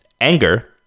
Anger